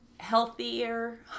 Healthier